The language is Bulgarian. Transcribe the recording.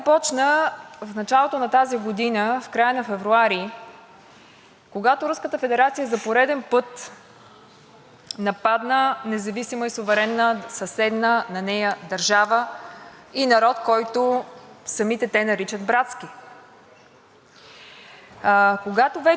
нападна независима и суверенна, съседна на нея държава и народ, който самите те наричат братски, когато вече осем месеца отричат правото на един народ и една нация, и една държава да съществува,